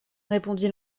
répondit